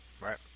right